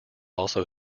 also